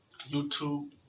YouTube